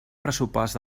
pressupost